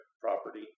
property